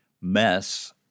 mess